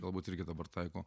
galbūt irgi dabar taiko